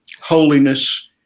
holiness